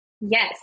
Yes